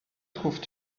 trouves